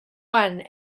one